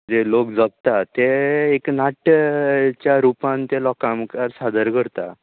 जे लोक जपता ते एक नाट्याच्या रुपान ते लोका मुकार सादर करता